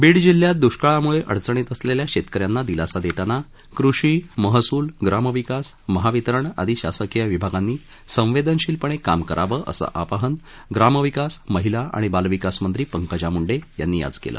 बीड जिल्ह्यात द्रष्काळामुळे अडचणीत असलेल्या शेतकऱ्यांना दिलासा देतांना कृषी महसूल ग्रामविकास महावितरण आदी शासकीय विभागांनी संवेदनशिलपणे काम करावं असं आवाहन ग्रामविकास महिला आणि बालविकास मंत्री पंकजा मुंडे यांनी आज केलं